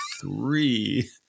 three